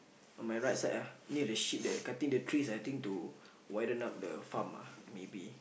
on my right side ah near the sheep there cutting the trees I think need to widen up the farm ah maybe